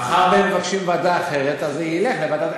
מאחר שהם מבקשים ועדה אחרת, זה ילך לוועדת הכנסת.